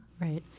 Right